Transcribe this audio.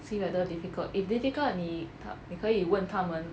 see whether difficult if difficult 你你可以问他们